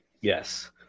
Yes